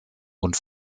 und